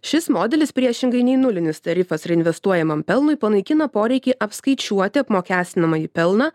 šis modelis priešingai nei nulinis tarifas reinvestuojamam pelnui panaikina poreikį apskaičiuoti apmokestinamąjį pelną